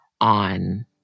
on